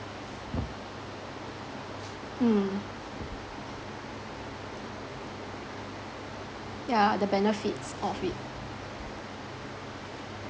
mm yeah the benefits of it